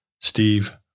Steve